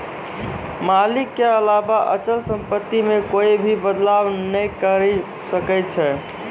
मालिक के अलावा अचल सम्पत्ति मे कोए भी बदलाव नै करी सकै छै